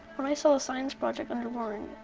when i saw the science project under lauren,